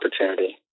opportunity